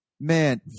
man